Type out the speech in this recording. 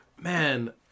Man